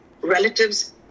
relatives